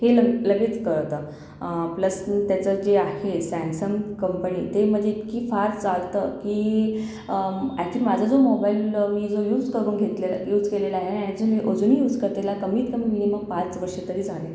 हे लगे लगेच कळतं प्लस त्याचं जे आहे सॅमसंग कंपनी ते म्हणजे इतकी फास्ट चालतं की ॲक्चुअली माझा जो मोबाइल मी जो यूज करून घेतलेला आहे यूज केलेला आहे अजून अजूनही यूज करते त्याला कमीत कमी मिनिमम पाच वर्ष तरी झाले